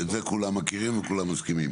את זה כולם מכירים וכולם מסכימים,